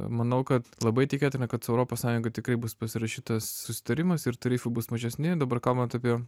manau kad labai tikėtina kad europos sąjungoj tikrai bus pasirašytas susitarimas ir tarifai bus mažesni dabar kalbant apie